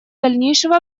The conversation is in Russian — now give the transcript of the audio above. дальнейшего